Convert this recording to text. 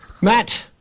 Matt